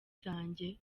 zanjye